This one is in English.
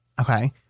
Okay